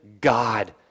God